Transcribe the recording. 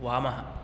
वामः